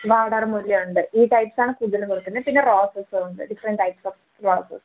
വാടാമല്ലിയുണ്ട് ഈ ടൈപ്സാണ് കൂടുതൽ കൊടുക്കുന്നത് പിന്നെ റോസസ് ഉണ്ട് ഡിഫ്രൻറ്റ് ടൈപ്സ് ഓഫ് റോസസ്